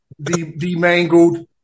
demangled